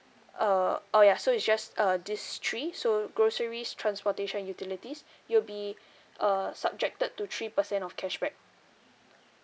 uh oh ya so it's just uh this three so groceries transportation utilities you will be uh subjected to three percent of cashback